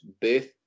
birth